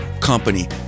company